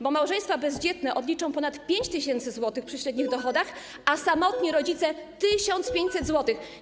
Bo małżeństwa bezdzietne odliczą ponad 5 tys. zł przy średnich dochodach, a samotni rodzice - 1500 zł.